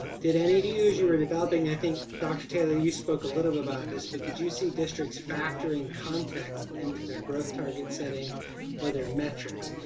ah did any of you use you were developing. i think, dr. taylor, you spoke a little about this, but did you see districts districts factoring context into their growth target setting or their metrics?